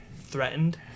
threatened